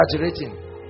exaggerating